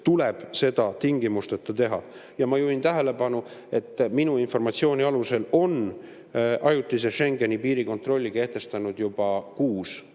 tuleb seda tingimusteta teha. Ja ma juhin tähelepanu, et minu informatsiooni kohaselt on ajutise Schengeni piiri kontrolli kehtestanud juba kuus